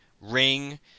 ring